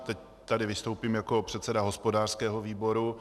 Teď tady vystoupím jako předseda hospodářského výboru.